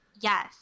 Yes